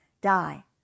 die